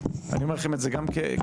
אני אומר לכם את זה גם כממשלה,